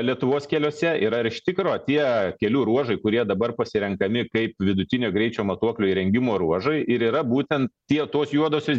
lietuvos keliuose ir ar iš tikro tie kelių ruožai kurie dabar pasirenkami kaip vidutinio greičio matuoklių įrengimo ruožai ir yra būtent tie tos juodosios